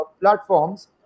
platforms